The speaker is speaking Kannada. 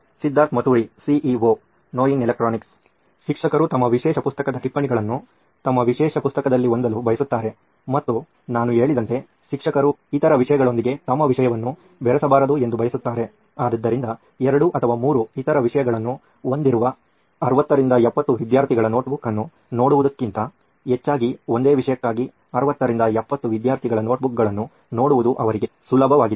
ಸಿದ್ಧಾರ್ಥ್ ಮತುರಿ ಸಿಇಒ ನೋಯಿನ್ ಎಲೆಕ್ಟ್ರಾನಿಕ್ಸ್ ಶಿಕ್ಷಕರು ತಮ್ಮ ವಿಶೇಷ ಪುಸ್ತಕದ ಟಿಪ್ಪಣಿಗಳನ್ನು ತಮ್ಮ ವಿಶೇಷ ಪುಸ್ತಕದಲ್ಲಿ ಹೊಂದಲು ಬಯಸುತ್ತಾರೆ ಮತ್ತು ನಾನು ಹೇಳಿದಂತೆ ಶಿಕ್ಷಕರು ಇತರ ವಿಷಯಗಳೊಂದಿಗೆ ತಮ್ಮ ವಿಷಯವನ್ನು ಬೆರೆಸಬಾರದು ಎಂದು ಬಯಸುತ್ತಾರೆ ಆದ್ದರಿಂದ 2 ಅಥವಾ 3 ಇತರ ವಿಷಯಗಳನ್ನು ಹೊಂದಿರುವ 60 70 ವಿದ್ಯಾರ್ಥಿಗಳ ನೋಟ್ಬುಕ್ ಅನ್ನು ನೋಡುವುದಕ್ಕಿಂತ ಹೆಚ್ಚಾಗಿ ಒಂದು ವಿಷಯಕ್ಕಾಗಿ 60 70 ವಿದ್ಯಾರ್ಥಿಗಳ ನೋಟ್ಬುಕ್ಗಳನ್ನು ನೋಡುವುದು ಅವರಿಗೆ ಸುಲಭವಾಗಿದೆ